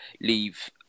leave